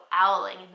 owling